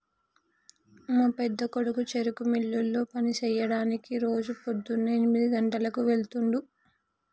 మా పెద్దకొడుకు చెరుకు మిల్లులో పని సెయ్యడానికి రోజు పోద్దున్నే ఎనిమిది గంటలకు వెళ్తుండు